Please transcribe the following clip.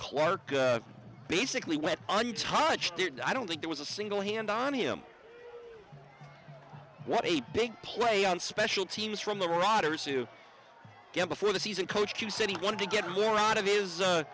clark basically went untouched did i don't think there was a single hand on him what a big play on special teams from the riders to get before the season coach who said he wanted to get more out of it is a